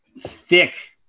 thick